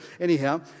anyhow